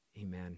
Amen